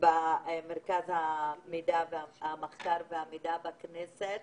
במרכז המחקר והמידע בכנסת.